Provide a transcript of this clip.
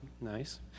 Nice